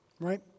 right